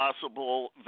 possible